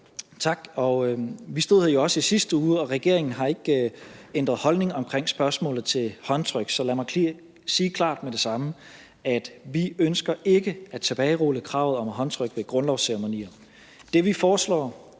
Tak. Vi stod har jo også i sidste uge, og regeringen har ikke ændret holdning omkring spørgsmålet til håndtryk, så lad mig sige klart med det samme, at vi ikke ønsker at tilbagerulle kravet om håndtryk ved grundlovsceremonier.